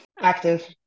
Active